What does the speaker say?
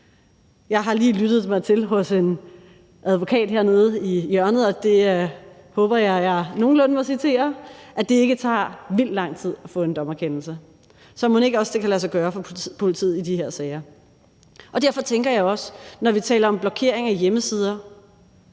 Jeg har lige lyttet mig til hos en advokat hernede i hjørnet, hvilket jeg håber at jeg nogenlunde må citere, at det ikke tager vildt lang tid at få en dommerkendelse, så mon ikke også det kan lade sig gøre for politiet i de her sager. Og derfor tænker jeg også, når vi taler om blokering af hjemmesider,